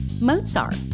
Mozart